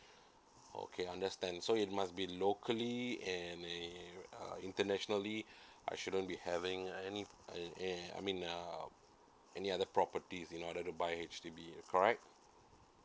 okay understand so it must be locally and a uh internationally I shouldn't be having like any uh I mean uh any other property in order to buy a H_D_B correct